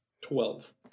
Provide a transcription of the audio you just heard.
Twelve